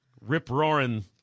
rip-roaring